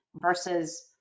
versus